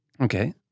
Okay